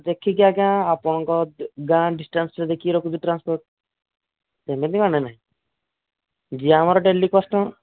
ଦେଖିକି ଆଜ୍ଞା ଆପଣଙ୍କ ଗାଁ ଡିସ୍ଟାନ୍ସରେ ଦେଖିକି ରଖିଛି ଟ୍ରାନ୍ସପୋର୍ଟ ସେମିତି ମାନେନାହିଁ ଯିଏ ଆମର ଡେଲି କଷ୍ଟମର